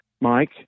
Mike